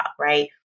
right